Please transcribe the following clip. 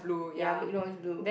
ya big door is blue